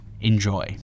Enjoy